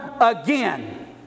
again